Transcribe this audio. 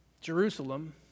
Jerusalem